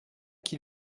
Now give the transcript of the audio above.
qui